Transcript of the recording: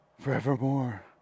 Forevermore